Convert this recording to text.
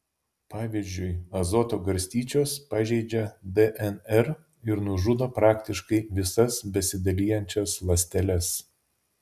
pavyzdžiui azoto garstyčios pažeidžia dnr ir nužudo praktiškai visas besidalijančias ląsteles